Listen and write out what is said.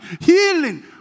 Healing